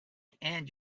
and